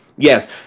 Yes